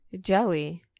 Joey